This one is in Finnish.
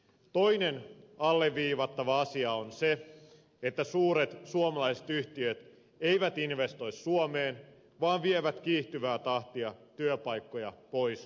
toinen alleviivattava asia on se että suuret suomalaiset yhtiöt eivät investoi suomeen vaan vievät kiihtyvää tahtia työpaikkoja pois suomesta